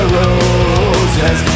roses